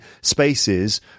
spaces